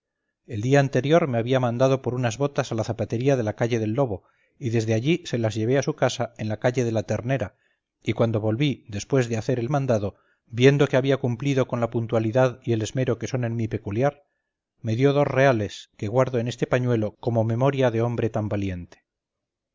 el día anterior me había mandado por unas botas a la zapatería de la calle del lobo y desde allí se las llevé a su casa en la calle de la ternera y cuando volví después de hacer el mandado viendo que había cumplido con la puntualidad y el esmero que son en mí peculiar me dio dos reales que guardo en este pañuelo como memoria de hombre tan valiente